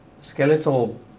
skeletal